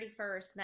31st